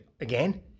Again